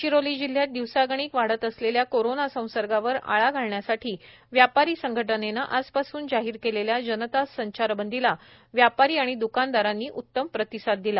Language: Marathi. गडचिरोली जिल्ह्यात दिवसागणित वाढत चाललेल्या कोरोना संसर्गावर आळा घालण्यासाठी व्यापारी संघटनेने आजपासून जाहीर केलेल्या जनता संचारबंदीला व्यापारी आणि द्कानदारांनी उत्तम प्रतिसाद दिला